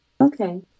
Okay